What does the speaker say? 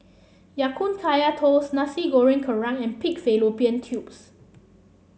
Ya Kun Kaya Toast Nasi Goreng Kerang and Pig Fallopian Tubes